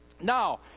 Now